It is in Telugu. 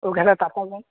ఓకే సార్ తప్పకుండా